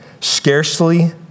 scarcely